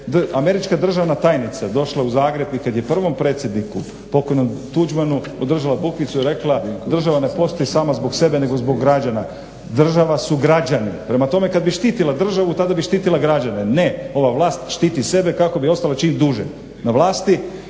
američka državna tajnica došla u Zagreb i kad je prvom predsjedniku pokojnom Tuđmanu održala bukvicu i rekla država ne postoji sama zbog sebe nego zbog građana. Država su građani. Prema tome, kad bi štitila državu, tada bi štitila građane. Ne, ova vlast štiti sebe kako bi ostala čim duže na vlasti